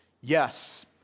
Yes